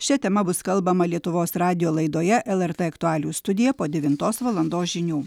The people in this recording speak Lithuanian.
šia tema bus kalbama lietuvos radijo laidoje lrt aktualijų studija po devintos valandos žinių